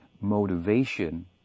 motivation